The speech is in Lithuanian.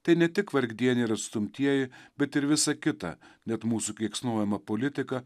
tai ne tik vargdieniai ir atstumtieji bet ir visa kita net mūsų keiksnojama politika